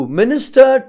minister